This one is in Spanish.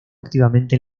activamente